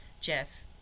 Jeff